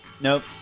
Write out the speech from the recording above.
nope